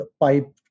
pipe